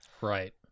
Right